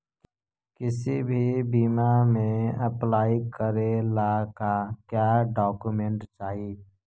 किसी भी बीमा में अप्लाई करे ला का क्या डॉक्यूमेंट चाही?